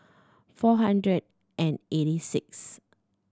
four hundred and eighty sixth